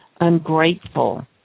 ungrateful